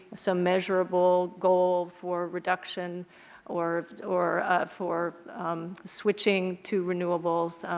some measurable goal for reduction or or for switching to renewables.